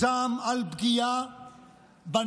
היא זעם על פגיעה בנס,